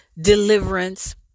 deliverance